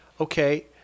Okay